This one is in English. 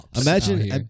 imagine